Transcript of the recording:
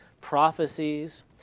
prophecies